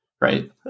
right